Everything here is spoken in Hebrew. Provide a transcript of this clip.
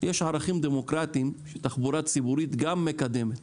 יש ערכים דמוקרטיים שתחבורה ציבורית גם מקדמת.